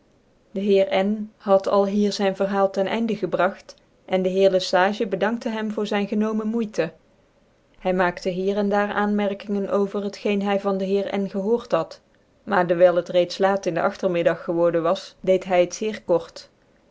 de heer n had alhier zyn verhaal ten einde gebragt cn dc heer le sage bedankte hem voor zyn genome moeite hy maakte hier cn daar aanmerkingen over het geen hy van dc heer n gchoort had maar dewijl het reeds laat in dc agtermiddag geworden was deed hy het zeer kort